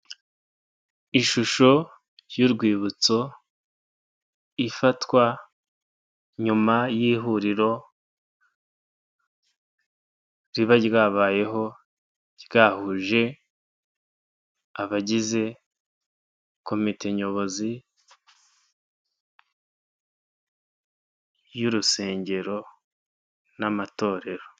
Ishusho y'urwibutso ifatwa nyuma y'ihuriro riba ryabayeho ryahuje abagize komite nyobozi y'urusengero n'amatorero.